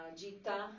gita